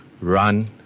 run